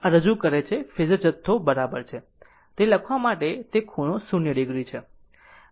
આ રજૂ કરે છે ફેઝર જથ્થો બરાબર છે તે લખવા માટે તે ખૂણો 0 o છે